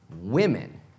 Women